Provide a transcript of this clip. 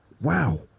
wow